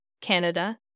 Canada